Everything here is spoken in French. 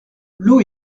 l’eau